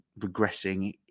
regressing